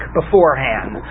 beforehand